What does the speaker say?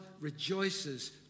rejoices